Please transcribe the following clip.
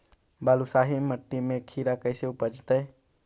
बालुसाहि मट्टी में खिरा कैसे उपजतै?